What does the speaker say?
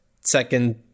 second